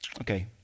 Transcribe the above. Okay